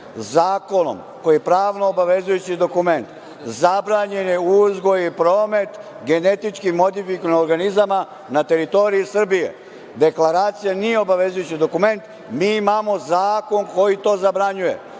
zakonom koji je pravno obavezujući dokument zabranjen uzgoj i promet genetički modifikovanih organizama na teritoriji Srbije. Deklaracija nije obavezujući dokument. Mi imamo zakon koji to zabranjuje.